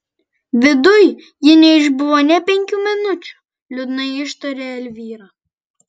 viduj ji neišbuvo nė penkių minučių liūdnai ištarė elvyra